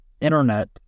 internet